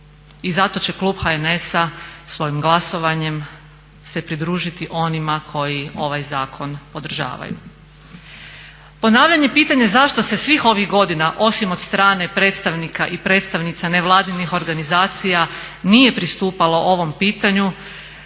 I zato će klub HNS-a svojim glasovanjem se pridružiti onima koji ovaj zakon podržavaju. Ponavljanje pitanja zašto se svih ovih godina osim od strane predstavnika i predstavnica nevladinih organizacija nije pristupalo ovom pitanju